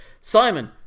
Simon